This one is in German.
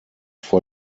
vor